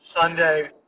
Sunday